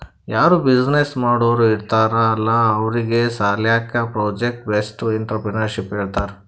ಯಾರೂ ಬಿಸಿನ್ನೆಸ್ ಮಾಡೋರ್ ಇರ್ತಾರ್ ಅಲ್ಲಾ ಅವ್ರಿಗ್ ಸಾಲ್ಯಾಕೆ ಪ್ರೊಜೆಕ್ಟ್ ಬೇಸ್ಡ್ ಎಂಟ್ರರ್ಪ್ರಿನರ್ಶಿಪ್ ಹೇಳ್ತಾರ್